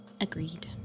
Agreed